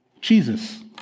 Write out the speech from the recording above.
Jesus